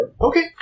Okay